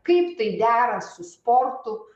kaip tai dera su sportu